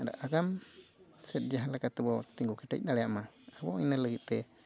ᱟᱨ ᱟᱜᱟᱢ ᱥᱮᱫ ᱡᱟᱦᱟᱸ ᱞᱮᱠᱟ ᱛᱮᱵᱚ ᱛᱤᱜᱩ ᱠᱮᱴᱮᱡ ᱫᱟᱲᱮᱭᱟᱜ ᱢᱟ ᱟᱵᱚ ᱤᱱᱟᱹ ᱞᱟᱹᱜᱤᱫ ᱛᱮ